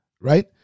Right